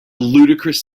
ludicrous